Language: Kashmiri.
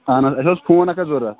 اَہَن حظ اَسہِ اوس فون اَکھ حظ ضوٚرَتھ